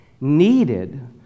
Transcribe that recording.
needed